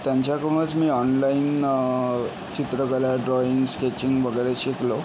त्यांच्याकडूनच मी ऑनलाईन चित्रकला ड्रॉइंग स्केचिंग वगैरे शिकलो